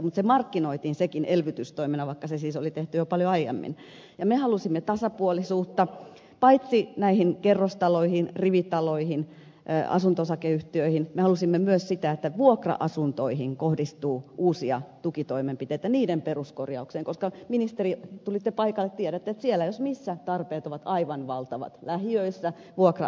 sekin markkinoitiin elvytystoimena vaikka se siis oli tehty jo paljon aiemmin me halusimme paitsi tasapuolisuutta kerrostaloihin rivitaloihin ja asunto osakeyhtiöihin me halusimme myös sitä että vuokra asuntoihin kohdistuu uusia tukitoimenpiteitä niiden peruskorjaukseen koska ministeri tulitte paikalle tiedätte että siellä jos missä tarpeet ovat aivan valtavat lähiöissä vuokra asunnoissa